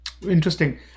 Interesting